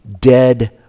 dead